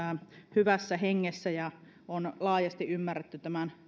hyvässä hengessä ja on laajasti ymmärretty tämän